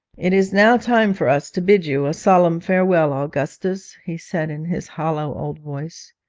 it is now time for us to bid you a solemn farewell, augustus he said, in his hollow old voice.